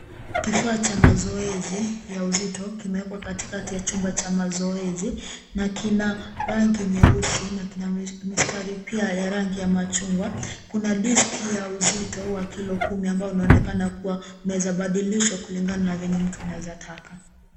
Kifaa cha mazoezi ya uzito kimewekwa katikati ya chumba cha mazoezi na kina rangi nyeusi na kina mistari pia ya rangi ya machungwa. Kuna diski ya uzito wa kilo kumi ambayo inaonekana kuwa unaweza badilisha kulingana na vile mtu anavyotaka.